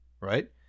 right